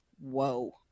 Whoa